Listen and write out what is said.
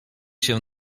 się